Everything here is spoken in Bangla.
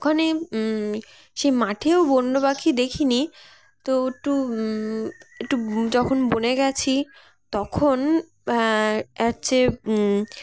ওখানে সেই মাঠেও বন্য পাখি দেখিনি তো একটু একটু যখন বনে গেছি তখন হচ্ছে